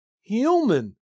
human